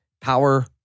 power